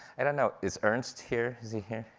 and a note, is ernst here, is he here?